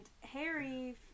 Harry